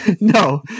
No